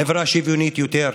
חברה שוויונית יותר,